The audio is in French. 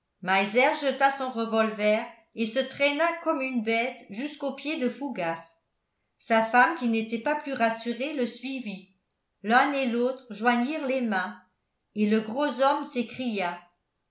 meiser jeta son revolver et se traîna comme une bête jusqu'aux pieds de fougas sa femme qui n'était pas plus rassurée le suivit l'un et l'autre joignirent les mains et le gros homme s'écria